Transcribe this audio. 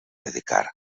dedicar